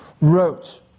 wrote